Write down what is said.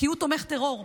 כי הוא תומך טרור.